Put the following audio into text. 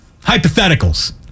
hypotheticals